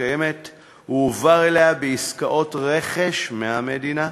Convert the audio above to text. הקיימת הועבר אליה בעסקאות רכש מהמדינה.